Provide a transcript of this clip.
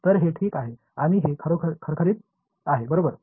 तर हे ठीक आहे आणि हे खरखरीत आहे बरोबर